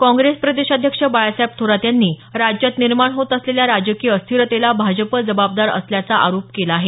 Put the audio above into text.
काँग्रेस प्रदेशाध्यक्ष बाळासाहेब थोरात यांनी राज्यात निर्माण होत असलेल्या राजकीय अस्थिरतेला भाजप जबाबदार असल्याचा आरोप केला आहे